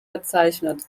bezeichnet